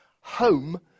Home